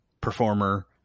performer